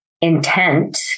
intent